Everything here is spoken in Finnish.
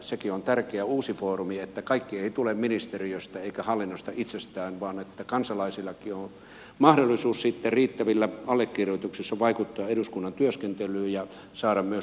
sekin on tärkeä uusi foorumi että kaikki ei tule ministeriöstä eikä hallinnosta itsestään vaan että kansalaisillakin on mahdollisuus sitten riittävillä allekirjoituksilla vaikuttaa eduskunnan työskentelyyn ja saada myös